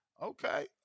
Okay